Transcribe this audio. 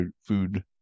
food